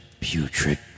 putrid